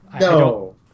No